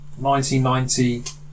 1990